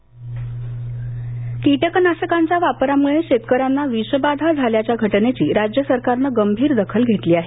कीटकनाशकं बंदी कीटकनाशकांच्या वापरामळे शेतकऱ्यांना विषबाधा झाल्याच्या घटनेची राज्य सरकारनं गंभीर दखल घेतली आहे